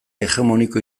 hegemoniko